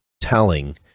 telling